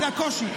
הקושי.